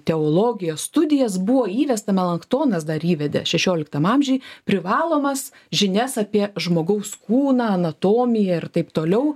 teologijos studijas buvo įvesta melaktonas dar įvedė šešioliktam amžiuj privalomas žinias apie žmogaus kūną anatomiją ir taip toliau